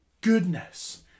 goodness